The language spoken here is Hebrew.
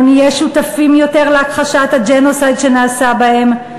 לא נהיה שותפים יותר להכחשת הג'נוסייד שנעשה בהם,